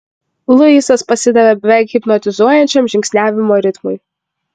luisas pasidavė beveik hipnotizuojančiam žingsniavimo ritmui